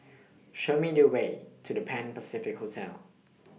Show Me The Way to The Pan Pacific Hotel